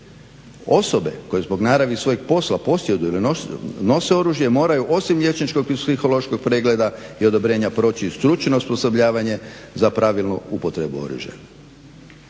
Osobe koje zbog svoje naravi svojeg posla posjeduju ili nose oružje moraju osim liječničkog i psihološkog pregleda i odobrenja proći stručno osposobljavanje za pravilnu upotrebu oružja.